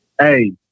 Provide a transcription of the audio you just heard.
Hey